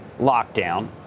lockdown